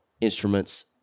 instruments